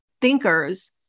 thinkers